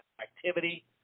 activity